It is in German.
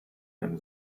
einem